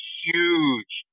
huge